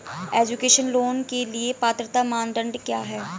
Education loan के लिए पात्रता मानदंड क्या है?